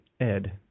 Ed